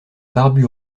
barbu